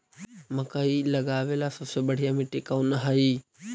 मकई लगावेला सबसे बढ़िया मिट्टी कौन हैइ?